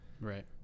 Right